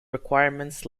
requirements